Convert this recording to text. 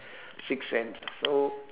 six sense ah so